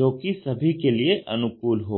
जो कि सभी के लिए अनुकूल हो